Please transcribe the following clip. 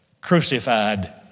crucified